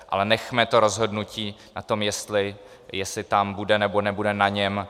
Ale nechme to rozhodnutí o tom, jestli tam bude, nebo nebude, na něm.